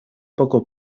poco